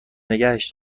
نگهش